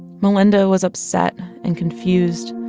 melynda was upset and confused.